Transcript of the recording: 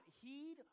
heed